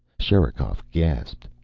sherikov gasped.